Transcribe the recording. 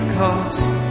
cost